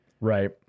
right